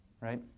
right